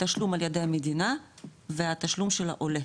מתשלום על ידי המדינה והתשלום של העולה.